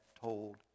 told